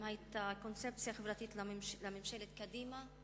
האם היתה קונספציה חברתית לממשלת קדימה?